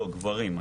לא, גברים.